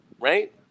right